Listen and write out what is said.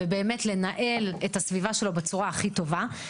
ובאמת לנהל את הסביבה שלו בצורה הכי טובה.